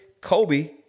Kobe